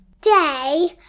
day